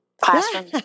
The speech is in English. classroom